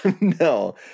No